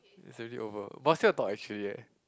it's already over but I still want to talk actually eh